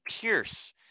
pierce